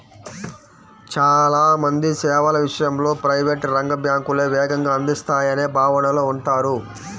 చాలా మంది సేవల విషయంలో ప్రైవేట్ రంగ బ్యాంకులే వేగంగా అందిస్తాయనే భావనలో ఉంటారు